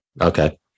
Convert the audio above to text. Okay